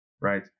right